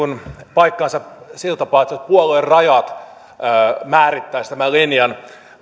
paikkaansa sillä tapaa että puoluerajat määrittäisivät tämän linjan